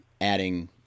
adding